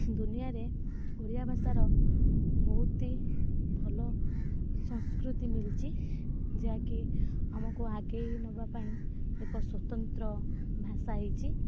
ଦୁନିଆରେ ଓଡ଼ିଆ ଭାଷାର ବହୁତ ଭଲ ସଂସ୍କୃତି ମିଳିଛି ଯାହାକି ଆମକୁ ଆଗେଇ ନେବାପାଇଁ ଏକ ସ୍ୱତନ୍ତ୍ର ଭାଷା ହେଇଛି